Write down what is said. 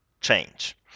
change